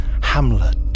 Hamlet